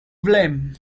blame